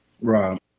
Right